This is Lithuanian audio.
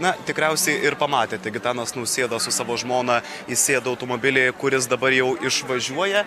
na tikriausiai ir pamatėte gitanas nausėda su savo žmona įsėdo į automobilį kuris dabar jau išvažiuoja